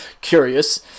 curious